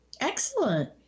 Excellent